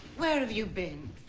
where have you been?